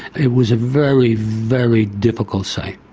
it was a very, very difficult site.